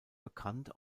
bekannt